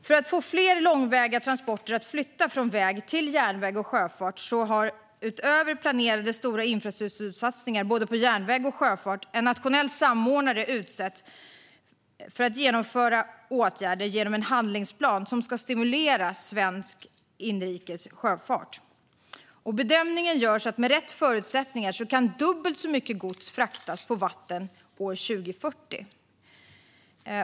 För att få fler långväga transporter att flytta från väg till järnväg och sjöfart har man, utöver planerade stora infrastruktursatsningar på både järnväg och sjöfart, utsett en nationell samordnare att genomföra åtgärder genom en handlingsplan som ska stimulera svensk inrikes sjöfart. Med rätt förutsättningar är bedömningen att dubbelt så mycket gods kan fraktas på vatten år 2040.